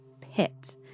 pit